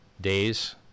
days